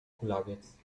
kulawiec